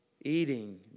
Eating